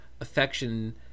affection